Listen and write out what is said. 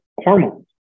hormones